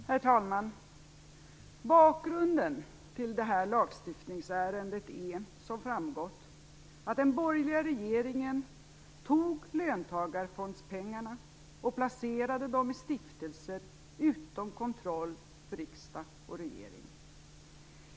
Herr talman! Bakgrunden till det här lagstiftningsärendet är, som framgått, att den borgerliga regeringen tog löntagarfondspengarna och placerade dem i stiftelser utom kontroll för riksdag och regering.